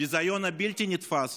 הביזיון הבלתי-נתפס